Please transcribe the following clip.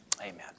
amen